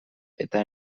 eta